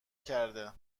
کرده